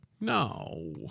No